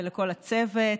ולכל הצוות,